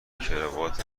کراوات